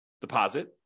deposit